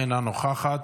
אינה נוכחת,